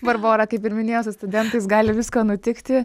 barbora kaip ir minėjo su studentais gali visko nutikti